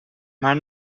maar